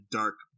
dark